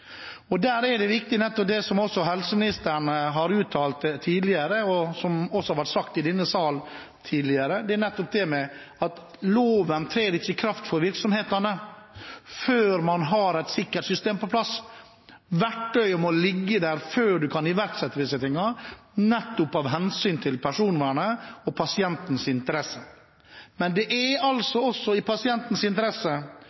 det? Der er det viktig det som helseministeren har uttalt tidligere, og som også har vært sagt i denne salen, at loven trer ikke i kraft for virksomhetene før man har et sikkert system på plass. Verktøyet må ligge der før man kan iverksette disse tingene, nettopp av hensyn til personvernet og pasientens interesser. Men det er